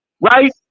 right